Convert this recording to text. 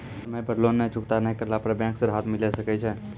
समय पर लोन चुकता नैय करला पर बैंक से राहत मिले सकय छै?